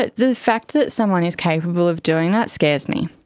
but the fact that someone is capable of doing that scares me.